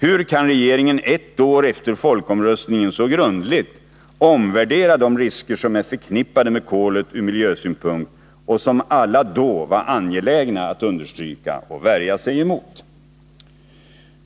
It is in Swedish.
Hur kän regeringen ett år efter folkomröstningen så grundligt omvärdera de risker som är förknippade med kolet ur miljösynpunkt och som alla då var angelägna om att understryka och värja sig emot?